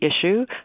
issue